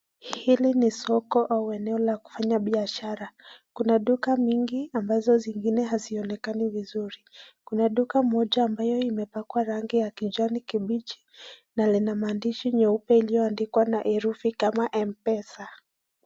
Hili ni soko ama eneo la kufanya biashara. Kuna duka mingi ambazo zingine hazionekani vizuri. Kuna duka moja ambayo imepakwa rangi ya kijani kibichi na lina maandishi meupe iliyoandikwa na herufi kama Mpesa.